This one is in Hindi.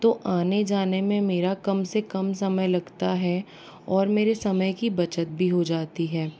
तो आने जाने मेरा कम से कम समय लगता है और मेरे समय की बचत भी हो जाती है